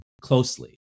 closely